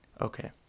Okay